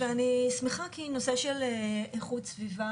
אני שמחה כי הנושא של איכות סביבה,